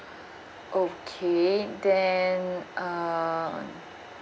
okay then uh